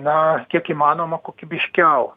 na kiek įmanoma kokybiškiau